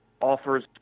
offers